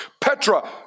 Petra